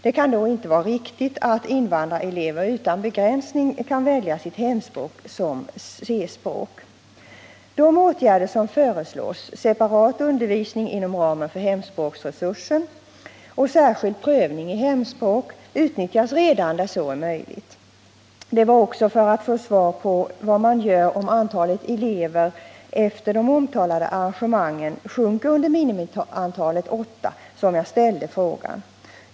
Det kan då inte vara riktigt, att invandrarelever utan begränsning kan välja sitt hemspråk som C-språk. De åtgärder som föreslås — separat undervisning inom ramen för hemspråksresursen och särskild prövning i hemspråk — utnyttjas redan där så är möjligt. Det var också för att få svar på vad man gör, om antalet elever efter de omtalade arrangemangen sjunker under minimiantalet åtta, som jag ställde min fråga.